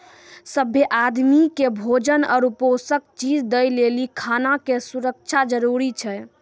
सभ्भे आदमी के भोजन आरु पोषक चीज दय लेली खाना के सुरक्षा जरूरी छै